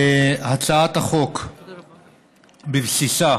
הצעת החוק בבסיסה,